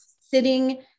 sitting